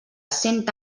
cent